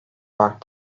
fark